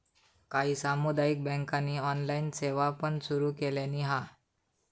काही सामुदायिक बँकांनी ऑनलाइन सेवा पण सुरू केलानी हा